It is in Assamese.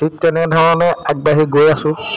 ঠিক তেনেধৰণে আগবাঢ়ি গৈ আছোঁ